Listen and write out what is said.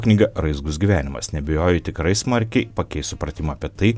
knyga raizgus gyvenimas neabejoju tikrai smarkiai pakeis supratimą apie tai